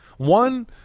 One